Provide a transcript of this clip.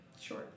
Sure